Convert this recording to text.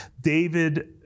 David